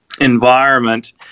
environment